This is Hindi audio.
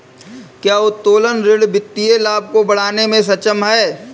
क्या उत्तोलन ऋण वित्तीय लाभ को बढ़ाने में सक्षम है?